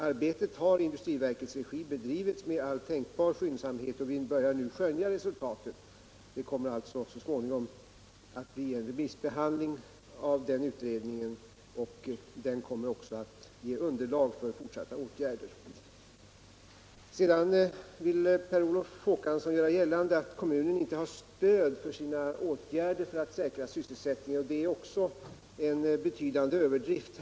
Arbetet har i industriverkets regi bedrivits med all tänkbar skyndsamhet, och vi börjar nu skönja resultatet. Det kommer så småningom att bli remissbehandling av utredningen och den kommer att ge underlag för fortsatta åtgärder. Sedan vill Per Olof Håkansson göra gällande att kommunen inte har stöd i sina åtgärder för att säkra sysselsättningen. Det är en betydande överdrift.